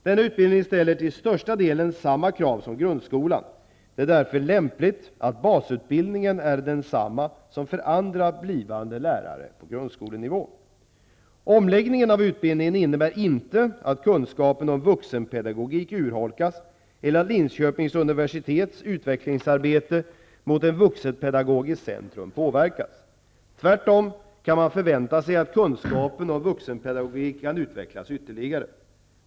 Denna utbildning ställer till största delen samma krav som grundskolan. Det är därför lämpligt att basutbildningen är densamma som för andra blivande lärare på grundskolenivå. Omläggningen av utbildningen innebär inte att kunskapen om vuxenpedagogik urholkas eller att Linköpings universitets utvecklingsarbete mot ett vuxenpedagogiskt centrum påverkas. Tvärtom kan man förvänta sig att kunskapen om vuxenpedagogik kan utvecklas ytterligare.